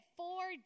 four